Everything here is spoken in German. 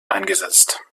eingesetzt